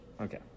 Okay